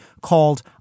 called